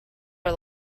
are